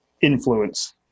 influence